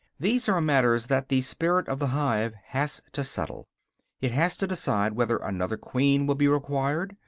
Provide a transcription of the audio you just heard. these are matters that the spirit of the hive has to settle it has to decide whether another queen will be required,